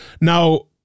Now